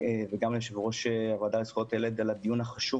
וגם ליושב ראש הוועדה לזכויות הילד על הדיון החשוב